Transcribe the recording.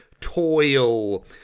toil